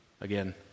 again